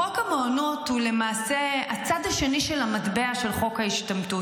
חוק המעונות הוא למעשה הצד השני של המטבע של חוק ההשתמטות.